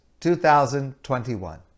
2021